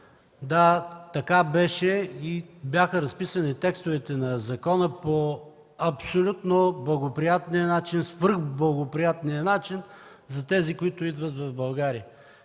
Да, така беше и бяха разписани текстовете на закона по абсолютно благоприятния начин, свръхблагоприятния начин за тези, които идват в България.